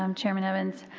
um chairman evans.